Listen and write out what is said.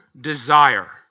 desire